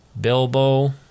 Bilbo